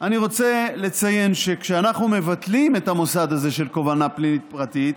אני רוצה לציין שכשאנחנו מבטלים את המוסד הזה של קובלנה פלילית פרטית,